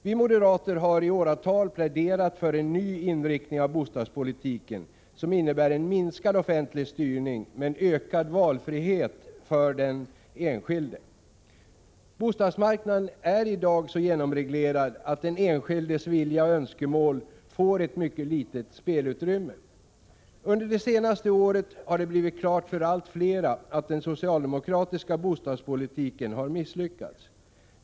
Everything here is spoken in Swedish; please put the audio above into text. Vi moderater har i åratal pläderat för en ny inriktning av bostadspolitiken, innebärande en minskad offentlig styrning men ökad valfrihet för den enskilde. Bostadsmarknaden är i dag så genomreglerad att den enskildes vilja och önskemål får ett mycket litet spelutrymme. Under det senaste året har det blivit klart för allt fler att den socialdemokratiska bostadspolitiken har misslyckats.